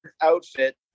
outfit